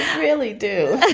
really do.